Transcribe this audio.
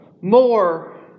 more